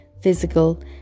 physical